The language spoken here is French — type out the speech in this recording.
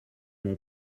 mon